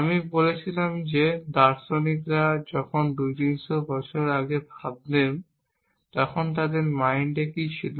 আমি বলেছিলাম যে এই দার্শনিকরা যখন দুই তিনশ বছর আগে ভাবতেন তখন তাদের মাইন্ড এ কী ছিল